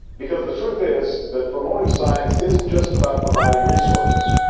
because the truth is that promoting science isn't just about providing resources,